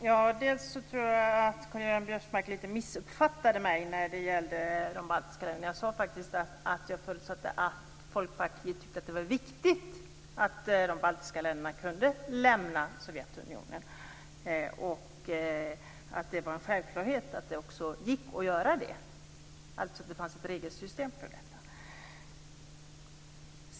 Fru talman! Jag tror att Karl-Göran Biörsmark missuppfattade mig lite när det gäller de baltiska länderna. Jag sade faktiskt att jag förutsatte att Folkpartiet tyckte att det var viktigt att de baltiska länderna kunde lämna Sovjetunionen och att det var en självklarhet att det också gick att göra det, alltså att det fanns ett regelsystem för detta.